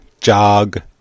jog